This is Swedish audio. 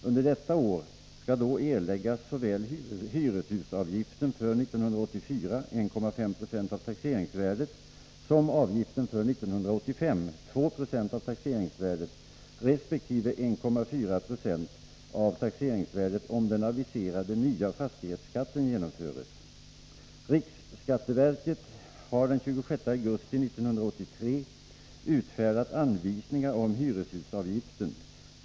Under detta år skall då erläggas såväl hyreshusavgiften för 1984, 1,5 20 av taxeringsvärdet, som avgiften för 1985, 2 20 av taxeringsvärdet, resp. 1,4 70 av taxeringsvärdet om den aviserade nya fastighetsskatten genomförs. 23 Riksskatteverket har den 26 augusti 1983 utfärdat anvisningar om hyreshusavgiften.